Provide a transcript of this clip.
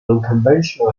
unconventional